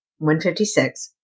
156